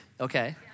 Okay